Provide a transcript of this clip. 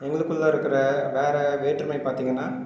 எங்களுக்குள்ளே இருக்குகிற வேறு வேற்றுமை பார்த்தீங்கன்னா